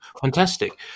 Fantastic